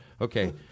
Okay